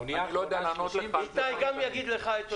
האונייה האחרונה חיכתה 38 ימים.